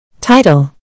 Title